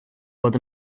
bod